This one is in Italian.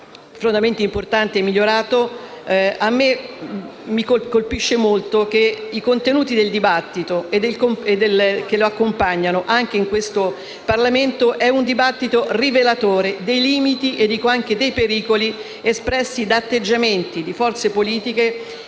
profondamente importante e migliorato, mi colpisce molto che i contenuti del dibattito che lo accompagnano in questo Parlamento siano rivelatori dei limiti e dei pericoli espressi da atteggiamenti di forze politiche